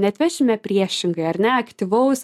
neatvešime priešingai ar ne aktyvaus